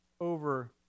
over